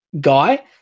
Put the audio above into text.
guy